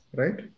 right